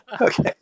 Okay